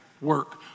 work